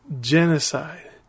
genocide